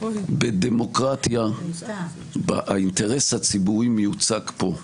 בדמוקרטיה האינטרס הציבורי מיוצג פה,